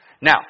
Now